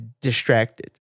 distracted